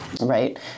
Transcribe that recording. Right